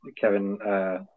Kevin